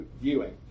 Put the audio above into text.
viewing